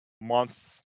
month